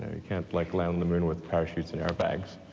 can't like land on the moon with parachutes and airbags,